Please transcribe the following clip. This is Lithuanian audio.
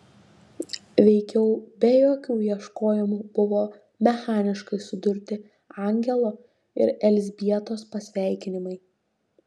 veikiau be jokių ieškojimų buvo mechaniškai sudurti angelo ir elzbietos pasveikinimai